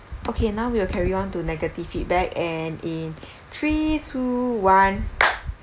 okay now we will carry on to negative feedback and in three two one